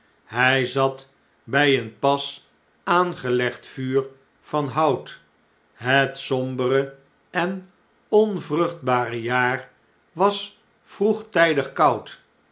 hjj zat brj een pas aangelegd vuur van hout het sombere en onvruchtbare jaar was vroegtjjdig